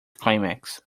climax